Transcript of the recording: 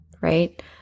right